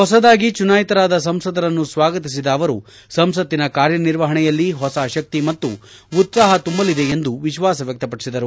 ಹೊಸದಾಗಿ ಚುನಾಯಿತರಾದ ಸಂಸದರನ್ನು ಸ್ವಾಗತಿಸಿದ ಅವರು ಸಂಸತ್ತಿನ ಕಾರ್ಯನಿರ್ವಹಣೆಯಲ್ಲಿ ಹೊಸ ಶಕ್ತಿ ಮತ್ತು ಉತ್ಸಾಹ ತುಂಬಲಿದೆ ಎಂದು ವಿಶ್ವಾಸ ವ್ಯಕ್ತಪಡಿಸಿದರು